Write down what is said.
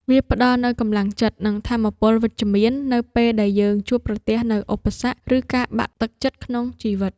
វាផ្ដល់នូវកម្លាំងចិត្ត និងថាមពលវិជ្ជមាននៅពេលដែលយើងជួបប្រទះនូវឧបសគ្គ ឬការបាក់ទឹកចិត្តក្នុងជីវិត។